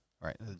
right